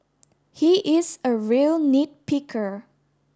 he is a real nit picker